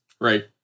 Right